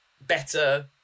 better